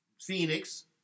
Phoenix